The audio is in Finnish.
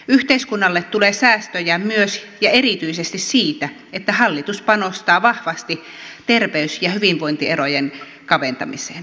yhteiskunnalle tulee säästöjä myös ja erityisesti siitä että hallitus panostaa vahvasti terveys ja hyvinvointierojen kaventamiseen